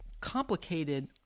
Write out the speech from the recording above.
complicated